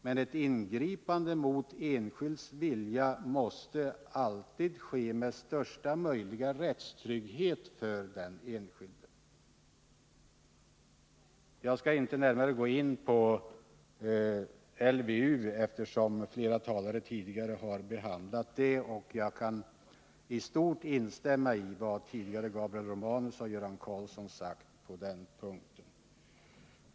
Men ett ingripande mot enskilds vilja måste alltid ske med största möjliga rättstrygghet för den enskilde. Jag skall inte närmare gåin på LVU, eftersom flera talare tidigare har behandlat den; jag kan dock i stort instämma i vad tidigare Gabriel Romanus och Göran Karlsson sade på den punkten.